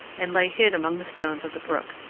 and lay hid among the stones of the brook.